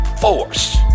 force